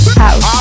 house